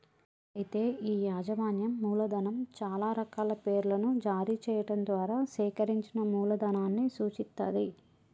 అయితే ఈ యాజమాన్యం మూలధనం చాలా రకాల పేర్లను జారీ చేయడం ద్వారా సేకరించిన మూలధనాన్ని సూచిత్తది